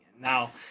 Now